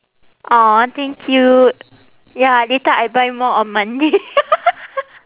!aww! thank you ya later I buy more on monday